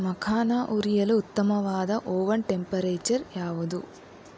ಮಖಾನ ಹುರಿಯಲು ಉತ್ತಮವಾದ oven temperature ಯಾವುದು